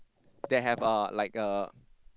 that have a like a